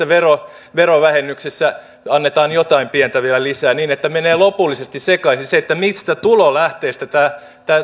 verovähennyksessä annetaan jotain pientä vielä lisää niin että menee lopullisesti sekaisin se mistä tulolähteestä